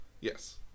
Yes